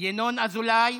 ינון אזולאי,